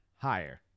Higher